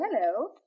hello